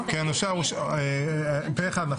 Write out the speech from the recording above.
כן, אושר פה אחד.